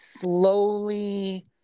slowly